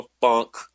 funk